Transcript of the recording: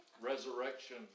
Resurrection